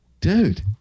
dude